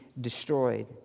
destroyed